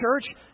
church